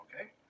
okay